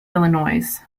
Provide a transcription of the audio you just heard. illinois